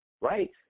right